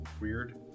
Weird